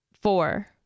Four